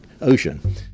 Ocean